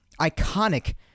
iconic